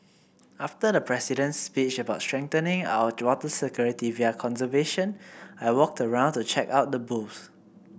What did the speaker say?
after the President's speech about strengthening our water security via conservation I walked around to check out the booths